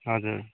हजुर